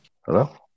Hello